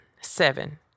seven